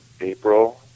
April